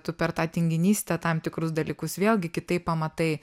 tu per tą tinginystę tam tikrus dalykus vėlgi kitaip pamatai